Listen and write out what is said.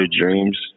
dreams